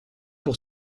pour